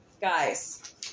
Guys